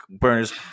burners